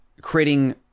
creating